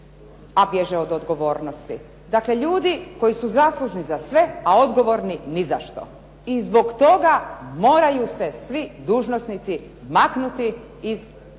a bježe od odgovornosti. Dakle, ljudi koji su zaslužni za sve a odgovorni ni za što. I zbog toga moraju se svi dužnosnici maknuti iz